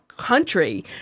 country